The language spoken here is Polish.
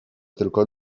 tylko